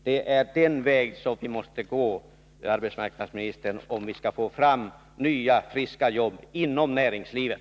Det är den vägen som vi måste gå, arbetsmarknadsministern, om vi skall få fram nya friska jobb inom näringslivet.